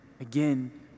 again